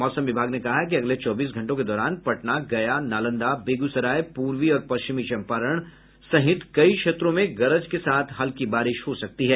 मौसम विभाग ने कहा है कि अगले चौबीस घंटों के दौरान पटना गया नालंदा बेगूसराय पूर्वी और पश्चिमी चम्पारण हित कई क्षेत्रों में गरज के हल्की बारिश हो सकती है